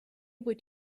what